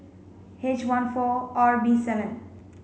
H one four R B seven